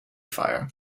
fire